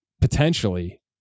potentially